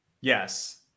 Yes